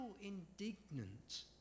indignant